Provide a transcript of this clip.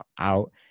out